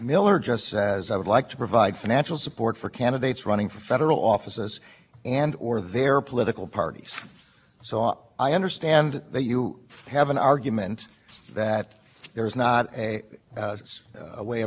issue pac and then contribute but i don't understand that you have standing or that your your employer your clients have argued that they have any intention of